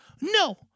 No